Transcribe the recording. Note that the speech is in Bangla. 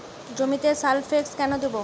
জমিতে সালফেক্স কেন দেবো?